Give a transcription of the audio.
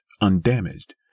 undamaged